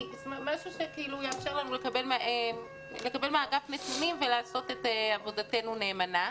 משהו שיאפשר לנו לקבל מהאגף נתונים ולעשות את עבודתנו נאמנה.